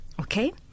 okay